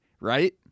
right